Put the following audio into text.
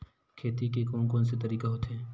खेती के कोन कोन से तरीका होथे?